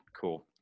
Cool